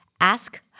Ask